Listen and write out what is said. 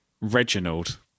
Reginald